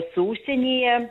su užsienyje